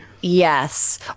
Yes